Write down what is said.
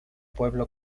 pueblo